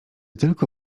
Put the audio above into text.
tylko